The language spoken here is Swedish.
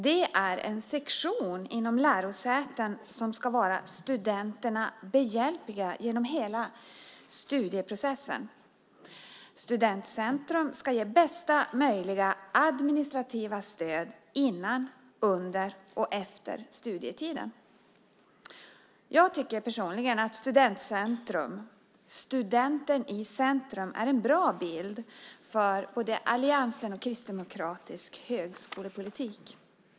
Det är en sektion inom lärosätet som ska vara studenterna behjälplig genom hela studieprocessen. Studentcentrum ska ge bästa möjliga administrativa stöd före, under och efter studietiden. Jag tycker personligen att studentcentrum, studenten i centrum, är en bra bild av alliansens och Kristdemokraternas högskolepolitik.